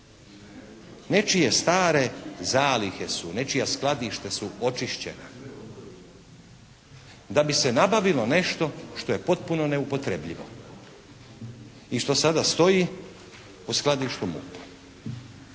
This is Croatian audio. Nečije stare zalihe su, nečija skladišta su očišćena, da bi se nabavilo nešto što je potpuno neupotrebljivo i što sada stoji u skladištu MUP-a.